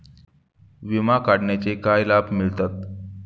विमा काढण्याचे काय लाभ मिळतात?